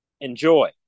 Enjoy